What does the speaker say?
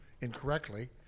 incorrectly